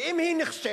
ואם היא נכשלת